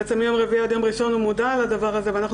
בעצם מיום רביעי עד יום ראשון הוא מודע לדבר הזה ואנחנו